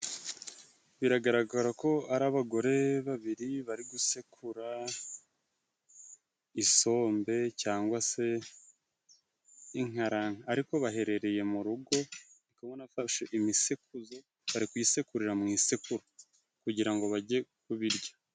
Biragaragara ko ari abagore babiri bari gusekura isombe cyangwa se inkaranka ariko baherereye mu rugo, uri kubona bafashe imisekuzo bari kuyisekurira mu isekuru, kugira ngo bajye ku birya.